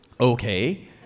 Okay